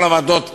כל העמדות נעלמו,